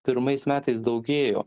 pirmais metais daugėjo